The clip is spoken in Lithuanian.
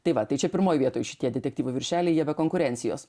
tai va tai čia pirmoj vietoj šitie detektyvai viršelyje be konkurencijos